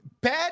bad